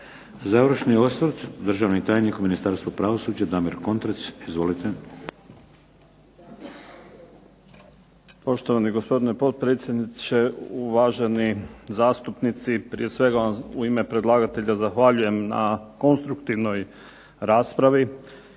Završni osvrt državni tajnik u Ministarstvu pravosuđa Damir Kontrec. Izvolite. **Kontrec, Damir** Poštovani gospodine potpredsjedniče, uvaženi zastupnici. Prije svega vam u ime predlagatelja zahvaljujem na konstruktivnoj raspravi